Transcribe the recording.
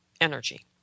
energy